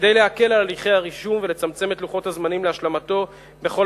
כדי להקל על הליכי הרישום ולצמצם את לוחות הזמנים להשלמתו בכל